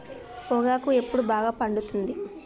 పొగాకు ఎప్పుడు బాగా పండుతుంది?